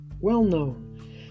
well-known